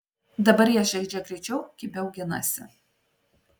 dabar jie žaidžia greičiau kibiau ginasi